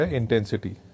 intensity